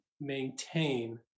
maintain